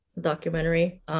documentary